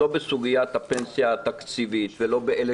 לא בסוגיית הפנסיה התקציבית ולא באלה